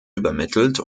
übermittelt